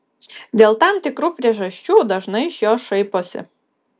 dėl tam tikrų priežasčių dažnai iš jos šaiposi